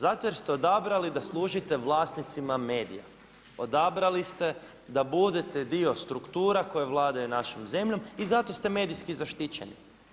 Zato jer ste odabrali da služite vlasnicima medija, odabrali ste da budete dio struktura koje vladaju našom zemljom i zato ste medijski zaštićeni.